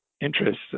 interests